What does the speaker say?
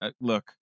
look